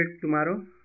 tomorrow